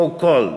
so called,